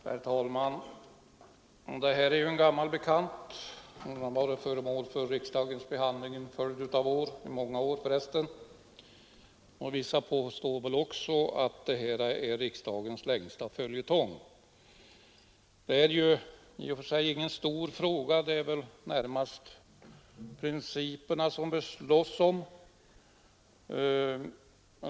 Herr talman! Denna fråga är ju en gammal bekant som varit föremål för riksdagens behandling i många år — vissa påstår att den är riksdagens längsta följetong. Det är i och för sig ingen stor fråga; det är väl närmast principerna vi strider om.